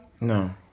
No